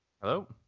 hello